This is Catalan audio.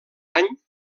any